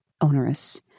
onerous